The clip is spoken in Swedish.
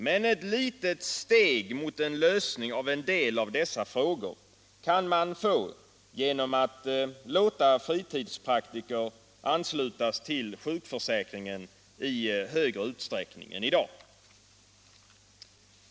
Men ett litet steg mot en lösning av en del av problemen kan man ta genom att låta fritidspraktiker anslutas till sjukförsäkringen i större utsträckning än i dag.